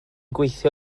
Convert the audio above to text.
gweithio